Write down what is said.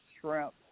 shrimp